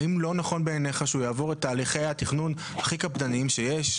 האם לא נכון בעיניך את תהליכי התכנון הכי קפדניים שיש?